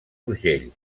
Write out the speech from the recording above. urgell